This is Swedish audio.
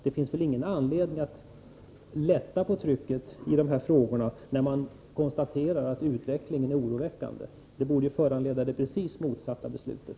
Det finns väl ingen anledning att lätta på trycket i de här frågorna, när man ändå konstaterar att utvecklingen är oroväckande. Det borde föranleda det precis motsatta beslutet.